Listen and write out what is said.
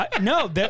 No